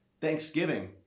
Thanksgiving